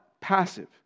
passive